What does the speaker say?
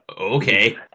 Okay